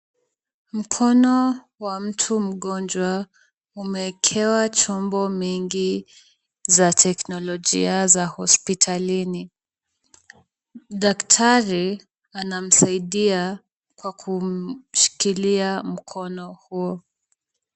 Mkono wa mtu mgonjwa umeekewa chombo nyingi za teknolojia za hosipitalini. Daktari anamsaidia kwa kumshikilia mkono huo.